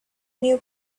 new